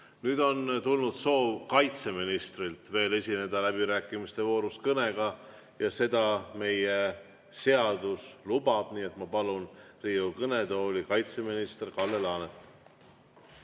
Nüüd on tulnud kaitseministrilt soov esineda läbirääkimiste voorus kõnega ja seda meie seadus lubab. Nii et ma palun Riigikogu kõnetooli kaitseminister Kalle Laaneti.